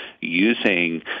using